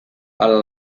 ala